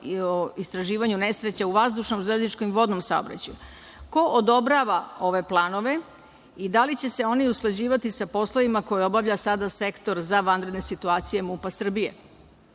o istraživanju nesreća u vazdušnom, železničkom i vodnom saobraćaju. Ko odobrava ove planove i da li će se oni usklađivati sa poslovima koje obavlja sada Sektora za vanredne situacije MUP Srbije?